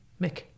Mick